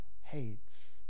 hates